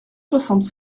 soixante